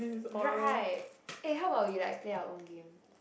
right eh how about we like play our own game